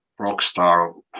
Rockstar